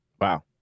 Wow